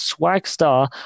Swagstar